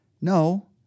No